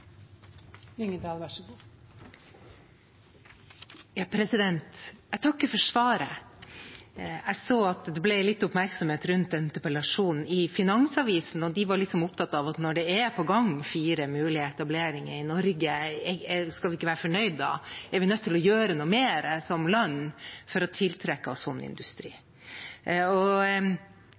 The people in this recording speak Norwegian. Jeg takker for svaret. Jeg så at det ble litt oppmerksomhet rundt interpellasjonen i Finansavisen. De var opptatt av at når det er fire mulige etableringer på gang i Norge, skal vi ikke da være fornøyd? Er vi nødt til å gjøre noe mer som land for å tiltrekke oss slik industri? Det er kanskje opplagt at jeg mener at vi bør gjøre det, fordi vi har naturressursene, og